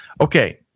Okay